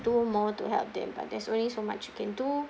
do more to help them but there's only so much you can do